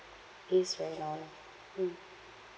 pissed right now lah mm